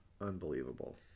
Unbelievable